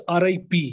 RIP